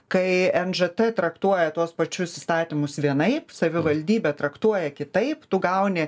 kai nžt traktuoja tuos pačius įstatymus vienaip savivaldybė traktuoja kitaip tu gauni